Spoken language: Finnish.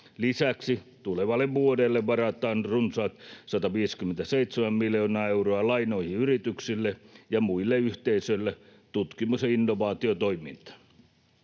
Lisäksi tulevalle vuodelle varataan runsaat 157 miljoonaa euroa lainoihin yrityksille ja muille yhteisöille tutkimus- ja innovaatiotoimintaan.